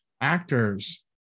actors